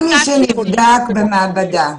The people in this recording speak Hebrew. כל מי שנבדק במעבדה.